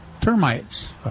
termites